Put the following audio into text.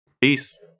peace